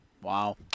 Wow